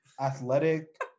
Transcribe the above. athletic